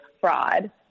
fraud